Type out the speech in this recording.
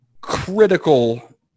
critical